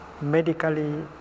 medically